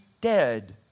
dead